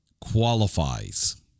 qualifies